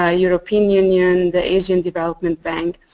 ah european union, the asian development bank